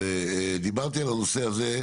ודיברתי על הנושא הזה,